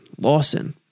Lawson